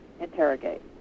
interrogate